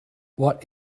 what